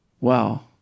Wow